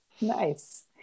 Nice